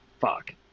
Fuck